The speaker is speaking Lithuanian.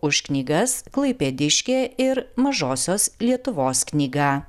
už knygas klaipėdiškė ir mažosios lietuvos knyga